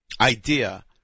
idea